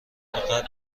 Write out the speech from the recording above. قتل